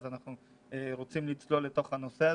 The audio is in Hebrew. אז אנחנו רוצים לצלול לתוך הנושא.